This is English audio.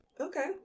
Okay